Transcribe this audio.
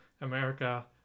America